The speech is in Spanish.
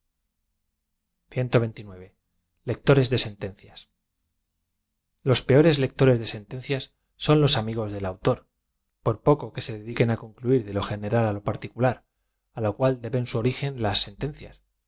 los peores lectores de sentencias son loa amigos del autor por poco que ae dediquen á concluir de lo general á lo particular á lo cual deben su origen las benteacias